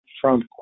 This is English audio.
Trump